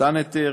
מתן היתר,